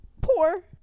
poor